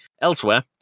Elsewhere